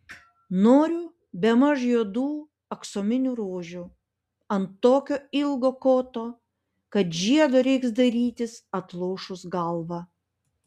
noriu bemaž juodų aksominių rožių ant tokio ilgo koto kad žiedo reiks dairytis atlošus galvą